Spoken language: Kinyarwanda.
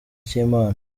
cy’imana